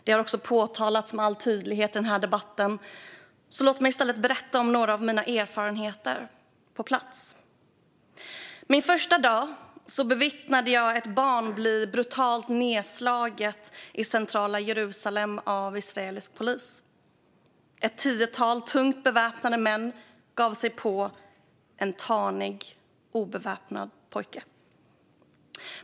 Det har också påtalats med all tydlighet här i debatten, så låt mig i stället berätta om några av mina erfarenheter på plats. Min första dag bevittnade jag hur ett barn blev brutalt nedslaget av israelisk polis i centrala Jerusalem. Ett tiotal tungt beväpnade män gav sig på en tanig obeväpnad pojke.